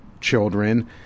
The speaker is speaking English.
children